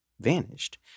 vanished